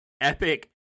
Epic